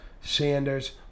sanders